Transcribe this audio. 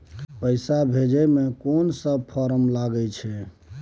पैसा भेजै मे केना सब फारम लागय अएछ?